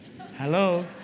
Hello